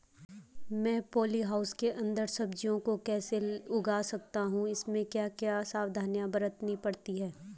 मैं poly house के अन्दर सब्जियों को कैसे उगा सकता हूँ इसमें क्या क्या सावधानियाँ बरतनी पड़ती है?